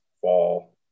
fall